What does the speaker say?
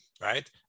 right